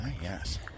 yes